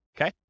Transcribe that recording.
Okay